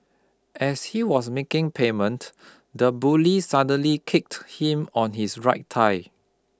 as he was making payment the bully suddenly kicked him on his right thigh